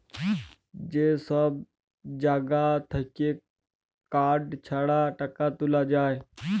যে সব জাগা থাক্যে কার্ড ছাড়া টাকা তুলা যায়